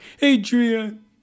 Adrian